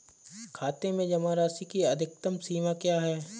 खाते में जमा राशि की अधिकतम सीमा क्या है?